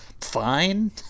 fine